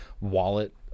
wallet